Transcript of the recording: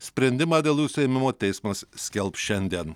sprendimą dėl jų suėmimo teismas skelbs šiandien